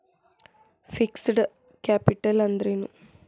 Fixed capital ಅಂದ್ರೇನು?